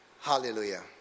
Hallelujah